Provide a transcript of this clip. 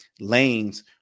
lanes